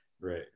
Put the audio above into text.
Right